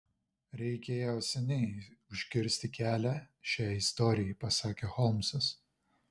reikėjo seniai užkirsti kelią šiai istorijai pasakė holmsas